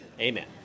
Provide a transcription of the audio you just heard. Amen